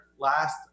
Last